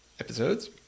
episodes